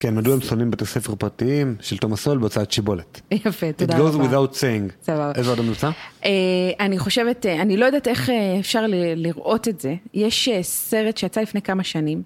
כן, מדוע הם שונאים בתי ספר פרטיים של תומס סואל בהוצאת שיבולת? יפה, תודה רבה. It goes without saying. זהו. איזה עוד המלצה? אני חושבת, אני לא יודעת איך אפשר לראות את זה. יש סרט שיצא לפני כמה שנים.